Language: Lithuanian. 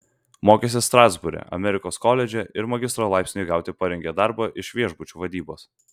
mokėsi strasbūre amerikos koledže ir magistro laipsniui gauti parengė darbą iš viešbučių vadybos